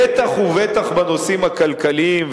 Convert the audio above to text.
בטח ובטח בנושאים הכלכליים,